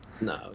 no